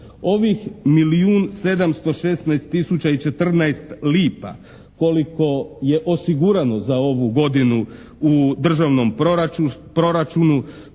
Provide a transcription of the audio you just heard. i 14 lipa koliko je osigurano za ovu godinu u državnom proračunu